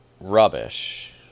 rubbish